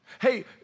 Hey